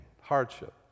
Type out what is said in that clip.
hardship